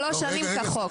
שלוש שנים כחוק.